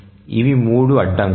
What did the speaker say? ఇవి మూడు అడ్డంకులు